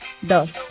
dos